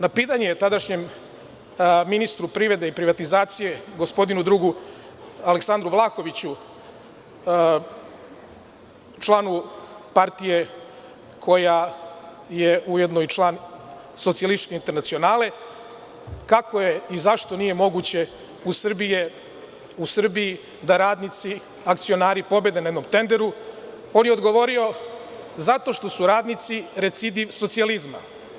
Na pitanje tadašnjem ministru privrede i privatizacije gospodinu drugu Aleksandru Vlahoviću, članu partije koja je ujedno i član Socijalističke internacionale, kako je i zašto nije moguće u Srbiji da radnici, akcionari pobede na jednom tenderu, on je odgovorio – zato što su radnici recidi socijalizma.